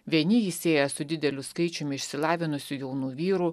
vieni jį sieja su dideliu skaičiumi išsilavinusių jaunų vyrų